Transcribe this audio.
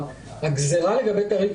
הגזרה לגבי תיירים,